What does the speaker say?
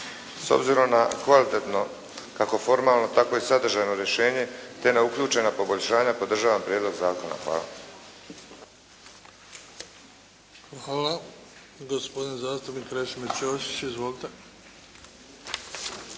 S obzirom na kvalitetno kako formalno tako i sadržajno rješenje te na uključena poboljšanja podržavam prijedlog zakona. Hvala. **Bebić, Luka (HDZ)** Hvala. Gospodin zastupnik Krešimir Ćosić. Izvolite.